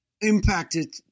impacted